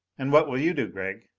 and what will you do, gregg?